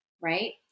right